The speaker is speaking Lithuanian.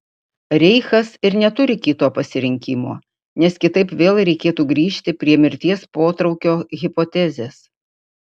reichas ir neturi kito pasirinkimo nes kitaip vėl reikėtų grįžti prie mirties potraukio hipotezės